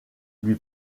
lui